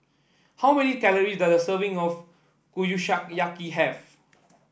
how many calories does a serving of Kushiyaki have